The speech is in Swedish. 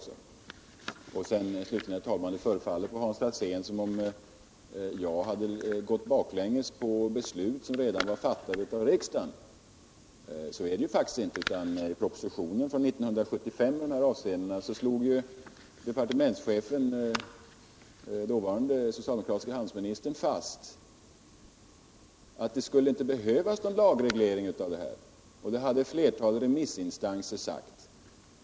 Slutligen, herr talman, förefaller det som om Hans Alsén menaratt jag hade gått baklänges på beslut som var fattade av riksdagen. Så är det ju faktiskt inte, utan i propositionen från 1975 i detta avseende slog den dåvarande socialdemokratiske handelsministern fast att det inte skulle behövas någon lagreglering — det hade ett flertal remissinstanser sagt.